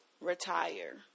retire